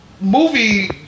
movie